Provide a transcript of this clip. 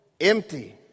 empty